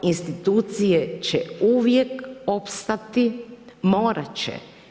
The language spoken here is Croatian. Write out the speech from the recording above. Institucije će uvijek opstati, morat će.